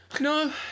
no